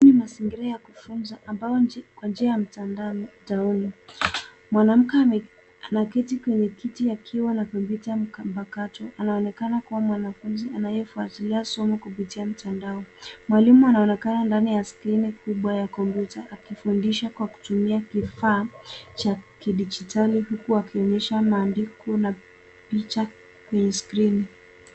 Hii ni mazingira ya kufunza ambao kwa njia ya mtandaoni mwanamke anaketi kwenye Kiti akiwa na kompyuta mkambakato akiwa anaonekana kuwa mwanafunzi anayesoma kupitia mtandaoni . Mwalimu anaonekana ndani ya skrini kubwa ya kompyuta akifundisha Kwa kutumia kifaa cha kidigitali huku akionyesha matandiko na picha kwenye skrini.